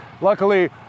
luckily